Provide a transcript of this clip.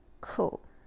cool